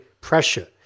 pressure